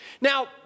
Now